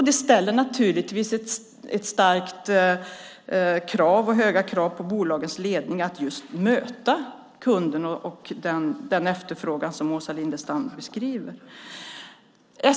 Det ställer naturligtvis höga krav på bolagets ledning att just möta kunden och den efterfrågan som Åsa Lindestam beskriver.